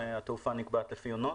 מתעופה נבונה.